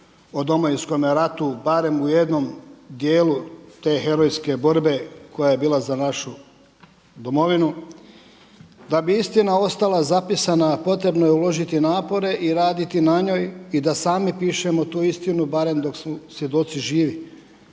o Domovinskome ratu barem u jednom dijelu te herojske borbe koja je bila za našu domovinu. Da bi istina ostala zapisana potrebno je uložiti napore i raditi na njoj i da sami pišemo tu istinu barem dok su svjedoci živi.